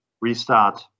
Restart